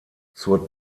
zur